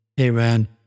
Amen